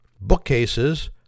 Bookcases